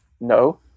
No